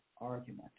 argument